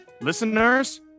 listeners